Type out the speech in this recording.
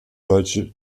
deutsche